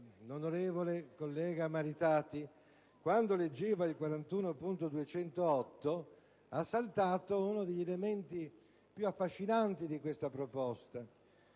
L'onorevole collega Maritati, mentre leggeva l'emendamento 41.208, ha saltato uno degli elementi più affascinanti di detta proposta,